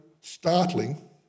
startling